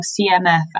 cmf